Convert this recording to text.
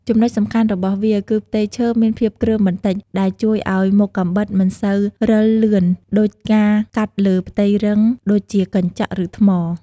ចំណុចសំខាន់របស់វា គឺផ្ទៃឈើមានភាពគ្រើមបន្តិច ដែលជួយឲ្យមុខកាំបិតមិនសូវរិលលឿនដូចការកាត់លើផ្ទៃរឹងដូចជាកញ្ចក់ ឬថ្ម។